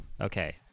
Okay